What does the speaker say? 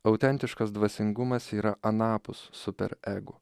autentiškas dvasingumas yra anapus super ego